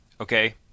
okay